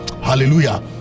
Hallelujah